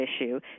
issue